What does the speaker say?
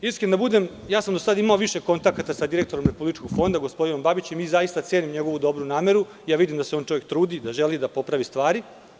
Iskren da budem, ja sam do sada imao više kontakata sa direktorom Republičkog fonda, gospodinom Babićem i zaista cenim njegovu dobru nameru i vidim da se on čovek trudi i da želi da popravi stvari.